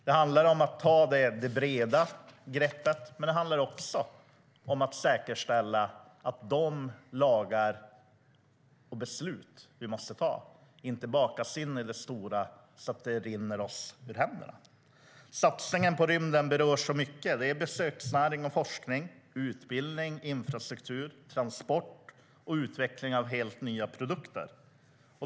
Det handlar om att ta det breda greppet, men det handlar också om att säkerställa att de lagar vi måste stifta och de beslut vi måste ta inte bakas in i det stora hela så att det rinner oss ur händerna. Satsningen på rymden berör så mycket. Det är besöksnäring, forskning, utbildning, infrastruktur, transport och utveckling av helt nya produkter.